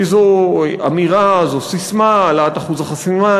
כי זאת אמירה, זאת ססמה, העלאת אחוז החסימה.